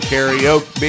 Karaoke